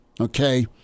okay